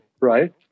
right